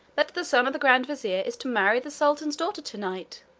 that the son of the grand vizier is to marry the sultan's daughter to-night?